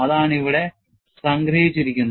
അതാണ് ഇവിടെ സംഗ്രഹിച്ചിരിക്കുന്നത്